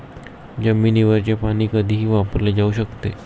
जमिनीवरचे पाणी कधीही वापरले जाऊ शकते